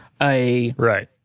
Right